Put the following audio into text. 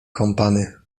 kąpany